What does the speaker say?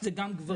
זה גם גברים.